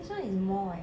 this one is more eh